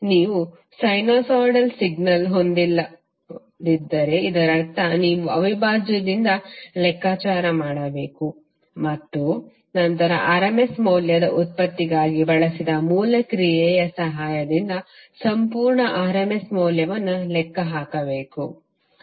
ನೀವು sinusoid signal ಹೊಂದಿಲ್ಲದಿದ್ದರೆ ಇದರರ್ಥ ನೀವು ಅವಿಭಾಜ್ಯದಿಂದ ಲೆಕ್ಕಾಚಾರ ಮಾಡಬೇಕು ಮತ್ತು ನಂತರ rms ಮೌಲ್ಯದ ವ್ಯುತ್ಪತ್ತಿಗಾಗಿ ಬಳಸಿದ ಮೂಲ ಕ್ರಿಯೆಯ ಸಹಾಯದಿಂದ ಸಂಪೂರ್ಣ rms ಮೌಲ್ಯವನ್ನು ಲೆಕ್ಕ ಹಾಕಬೇಕು